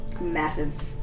massive